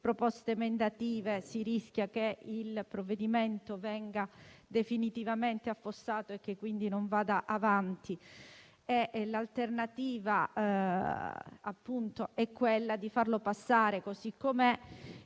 proposte emendative, si rischia che il provvedimento venga definitivamente affossato e che quindi non vada avanti. L'alternativa appunto è quella di farlo passare così com'è.